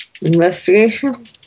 Investigation